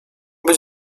być